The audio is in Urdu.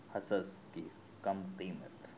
حصص کی کم قیمت